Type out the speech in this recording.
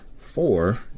four